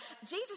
Jesus